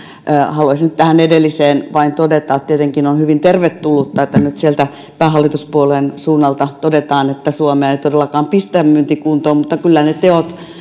haluaisin nyt tähän edelliseen vain todeta että tietenkin on hyvin tervetullutta että nyt sieltä päähallituspuolueen suunnalta todetaan että suomea ei todellakaan pistetä myyntikuntoon mutta kyllä ne teot